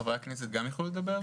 חברי הכנסת גם יוכלו לדבר?